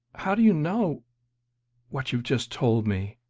how do you know what you've just told me?